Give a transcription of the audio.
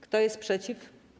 Kto jest przeciw?